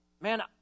man